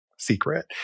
Secret